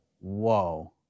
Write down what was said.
Whoa